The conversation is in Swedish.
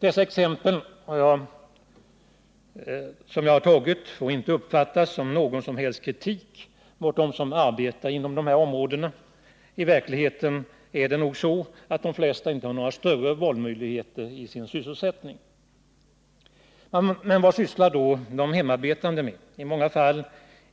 Dessa exempel som jag har tagit får inte uppfattas som någon som helst kritik mot dem som arbetar inom dessa områden. I verkligheten är det nog så att de flesta inte har några större valmöjligheter i sin sysselsättning. Vad sysslar då de hemarbetande med? I många fall